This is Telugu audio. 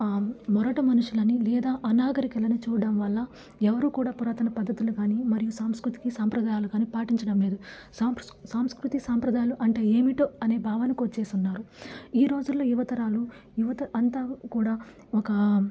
మొరట మనుషులని లేదా అనాగికురలని చూడడం వల్ల ఎవరూ కూడా పురాతన పద్ధతులు కాని మరియు సాంస్కృతి సాంప్రదాయాలు కాని పాటించడం లేదు సాం సాంస్కృతి సాంప్రదాయాలు అంటే ఏమిటో అనే భావానికి వచ్చేసున్నారు ఈ రోజుల్లో యువతరాలు యువత అంతా కూడా ఒకా